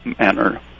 manner